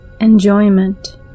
enjoyment